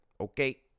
okay